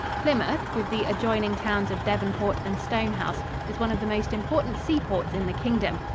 plymouth, with the adjoining towns of devonport and stonehouse, is one of the most important seaports in the kingdom,